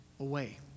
away